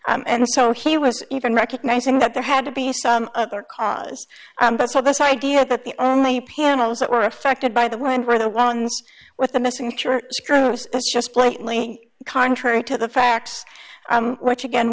s and so he was even recognizing that there had to be some other cause but so this idea that the only panels that were affected by the wind were the ones with the missing church groups just blatantly contrary to the facts which again